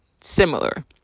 similar